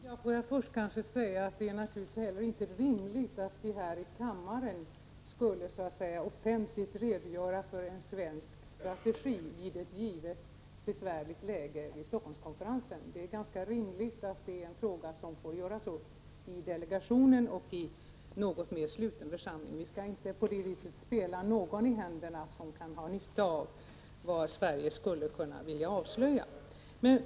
Herr talman! Får jag först säga att det inte är rimligt att vi här i kammaren skulle offentligt redogöra för en svensk strategi i ett besvärligt läge vid Helsingforsskonferensen. Det är ganska rimligt att det är en fråga som får göras upp i delegationen och i en något mer sluten församling. Vi skall inte på det viset spela någon i händerna som kan ha nytta av vad Sverige skulle vilja avslöja.